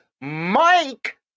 Mike